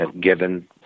given